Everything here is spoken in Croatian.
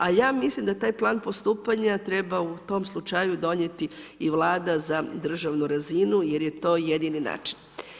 A ja mislim da taj plan postupanja treba u tom slučaju donijeti i Vlada za državnu razinu jer je to jedni način.